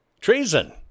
treason